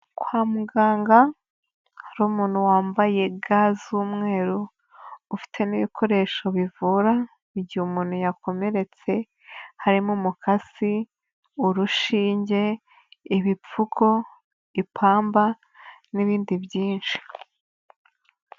Kwa muganga, hari umuntu wambaye ga z'umweru, ufite n'ibikoresho bivura, igihe umuntu yakomeretse, harimo umukasi, urushinge, ibipfuko, ipamba, n'ibindi byinshi.